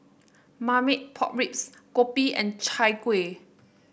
Marmite Pork Ribs Kopi and Chai Kuih